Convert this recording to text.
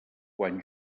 quan